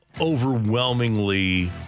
overwhelmingly